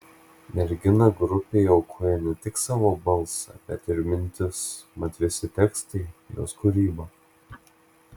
mergina grupei aukoja ne tik savo balsą bet ir mintis mat visi tekstai jos kūryba